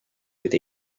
with